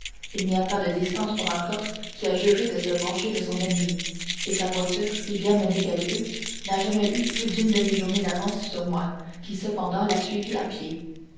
il n'y a pas de distance pour un corse qui a juré de se venger de son ennemi et sa voiture si bien menée qu'elle fût n'a jamais eu plus d'une demi-journée d'avance sur moi qui cependant la suivis à pied